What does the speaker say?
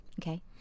Okay